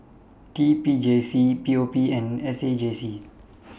T P J C P O P and S A J C